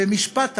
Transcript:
במשפט אחד,